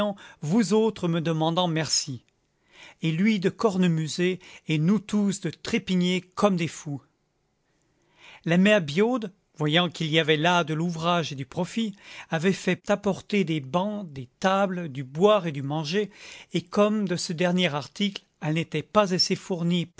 vous autres me demandant merci et lui de cornemuser et nous tous de trépigner comme des fous la mère biaude voyant qu'il y avait là de l'ouvrage et du profit avait fait apporter des bancs des tables du boire et du manger et comme de ce dernier article elle n'était pas assez fournie